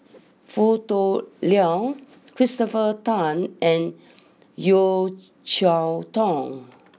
Foo Tui Liew Christopher Tan and Yeo Cheow Tong